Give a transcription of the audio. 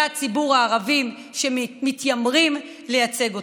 הציבור הערבים שמתיימרים לייצג אותם.